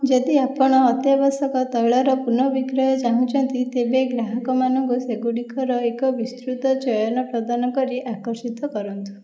ଯଦି ଆପଣ ଅତ୍ୟାବଶ୍ୟକ ତୈଳର ପୁନଃବିକ୍ରୟ ଚାହୁଁଛନ୍ତି ତେବେ ଗ୍ରାହକମାନଙ୍କୁ ସେଗୁଡ଼ିକର ଏକ ବିସ୍ତୃତ ଚୟନ ପ୍ରଦାନ କରି ଆକର୍ଷିତ କରନ୍ତୁ